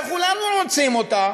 וכולנו רוצים אותה